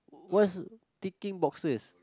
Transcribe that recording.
what's ticking boxes